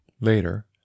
later